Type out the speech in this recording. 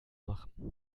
machen